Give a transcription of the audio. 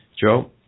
Joe